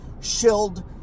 shield